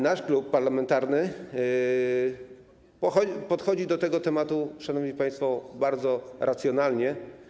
Nasz klub parlamentarny podchodzi do tego tematu, szanowni państwo, bardzo racjonalnie.